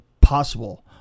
possible